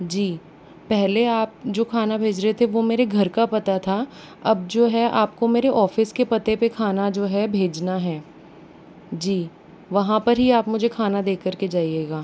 जी पहले आप जो खाना भेज रहे थे वो मेरे घर का पता था अब जो है आप को मेरे ऑफिस के पते पर खाना जो है भेजना है जी वहाँ पर ही आप मुझे खाना दे कर के जाइएगा